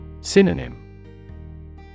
Synonym